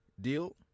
deal